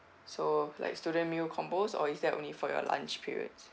so like student meal combos or is that only for your lunch periods